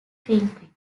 trinket